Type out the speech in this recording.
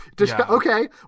Okay